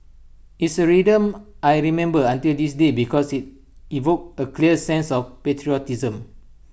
it's A rhythm I remember until this day because IT evoked A clear sense of patriotism